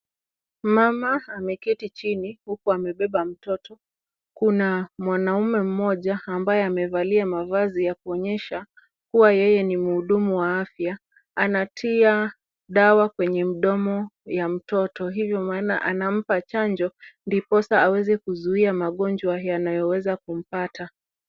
Mama ameketi chini huku amebeba mtoto. Kuna mwanaume mmoja ambaye amevalia mavazi ya kuonyesha kuwa, yeye ni mhudumu wa afya. Anatia dawa kwenye mdomo wa mtoto, hivyo maana anampa chanjo, ndiposa aweze kuzuia magonjwa yanayoweza kumpata.